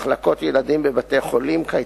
מחלקות ילדים בבתי-חולים, קייטנות,